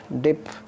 dip